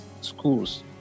schools